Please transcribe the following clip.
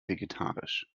vegetarisch